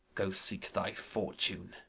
go seek thy fortune.